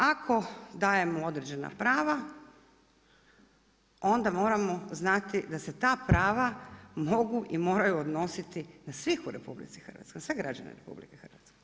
Ako dajemo određena prava, onda moramo znati da se ta prava mogu i moraju odnositi na svih u RH, na sve građane RH.